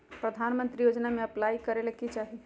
प्रधानमंत्री योजना में अप्लाई करें ले की चाही?